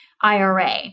IRA